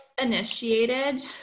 initiated